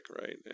right